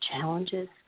challenges